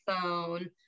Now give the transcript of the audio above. phone